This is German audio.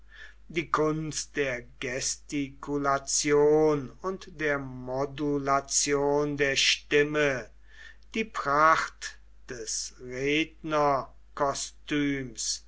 die kunst der gestikulation und der modulation der stimme die pracht des